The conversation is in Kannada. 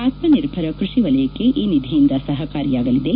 ಆತ್ನಿನಿರ್ಭರ ಕೃಷಿ ವಲಯಕ್ಕೆ ಈ ನಿಧಿಯಿಂದ ಸಹಕಾರಿಯಾಗಲಿದೆ